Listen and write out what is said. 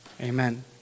amen